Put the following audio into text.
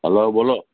hello બોલો